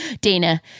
Dana